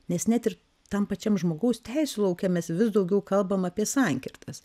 nes net ir tam pačiam žmogaus teisių lauke mes vis daugiau kalbam apie sankirtas